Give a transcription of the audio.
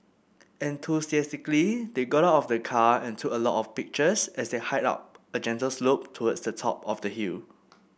enthusiastically they got out of the car and took a lot of pictures as they hiked up a gentle slope towards the top of the hill